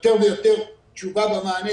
יותר ויותר תשובה במענה,